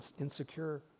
insecure